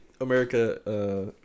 America